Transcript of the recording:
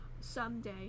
Someday